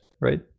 right